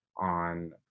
on